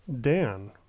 Dan